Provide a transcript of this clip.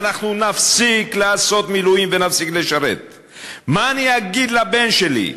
ואנחנו נפסיק לעשות מילואים ונפסיק לשרת"; "מה אני אגיד לבן שלי?